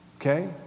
Okay